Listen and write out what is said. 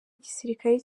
y’igisirikare